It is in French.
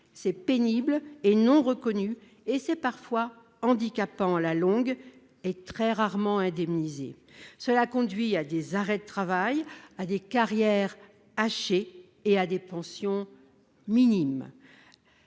Cette pénibilité n'est pas reconnue. Elle est parfois handicapante à la longue et très rarement indemnisée. Cela conduit à des arrêts de travail, à des carrières hachées et à des pensions minimes.